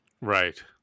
Right